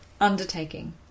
undertaking